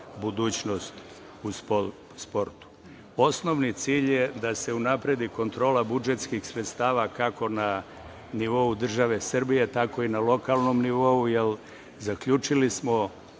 budućnost u sportu. Osnovni cilj je da se unapredi kontrola budžetskih sredstava kako na nivou države Srbije, tako i na lokalnom nivou, jer zaključili smo